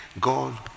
God